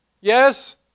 yes